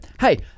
Hey